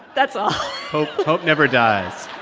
that's all hope never dies